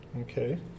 okay